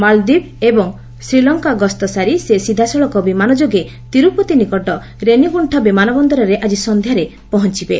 ମାଳଦ୍ୱୀପ ଏବଂ ଶ୍ରୀଲଙ୍କା ଗସ୍ତ ସାରି ସେ ସିଧାସଳଖ ବିମାନଯୋଗେ ତିରୁପତି ନିକଟ ରେନିଗୁଖ୍ଜା ବିମାନ ବନ୍ଦରରେ ଆକି ସନ୍ଧ୍ୟାରେ ପହଞ୍ଚିବେ